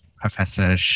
Professor